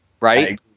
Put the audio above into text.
right